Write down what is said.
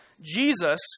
Jesus